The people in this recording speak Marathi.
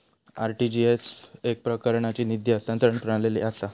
आर.टी.जी.एस एकप्रकारची निधी हस्तांतरण प्रणाली असा